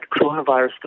coronavirus